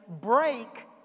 break